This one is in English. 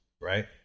right